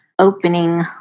opening